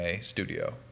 studio